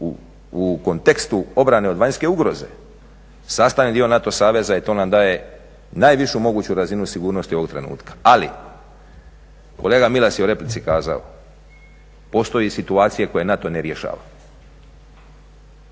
u kontekstu obrane od vanjske ugroze sastavni dio NATO saveza i to nam daje najvišu moguću razinu sigurnosti ovog trenutka. Ali, kolega Milas je u replici kazao postoje i situacije koje NATO ne rješava.